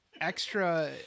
extra